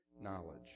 knowledge